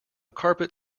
carpet